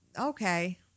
okay